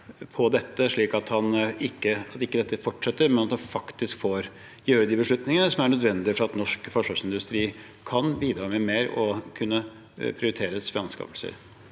slik at dette ikke fortsetter, og at han faktisk får gjøre de beslutningene som er nødvendige for at norsk forsvarsindustri kan bidra med mer og vil kunne prioriteres ved anskaffelser?